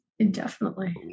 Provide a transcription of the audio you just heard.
indefinitely